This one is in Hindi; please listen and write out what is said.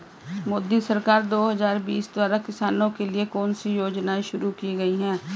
मोदी सरकार दो हज़ार बीस द्वारा किसानों के लिए कौन सी योजनाएं शुरू की गई हैं?